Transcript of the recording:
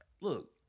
look